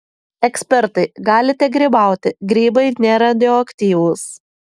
ekspertai galite grybauti grybai neradioaktyvūs